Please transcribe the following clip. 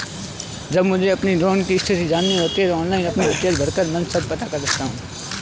जब मुझे अपने लोन की स्थिति जाननी होती है ऑनलाइन अपनी डिटेल भरकर मन सब पता कर लेता हूँ